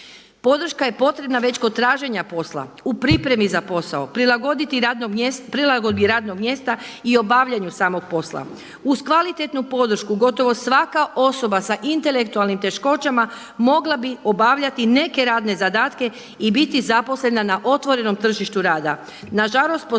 Podrška je potrebna već kod traženja posla u pripremi za posao prilagodbi radnog mjesta i obavljanju samog posla. Uz kvalitetnu podršku gotovo svaka osoba sa intelektualnim teškoćama mogla bi obavljati neke radne zadatke i biti zaposlena na otvorenom tržištu rada.